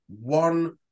one